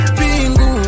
pingu